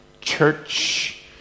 church